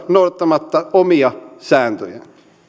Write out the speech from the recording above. noudattamatta omia sääntöjään